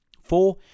Four